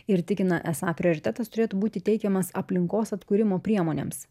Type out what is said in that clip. ir tikina esą prioritetas turėtų būti teikiamas aplinkos atkūrimo priemonėms